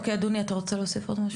אוקיי, אדוני, אתה רוצה להוסיף עוד משהו?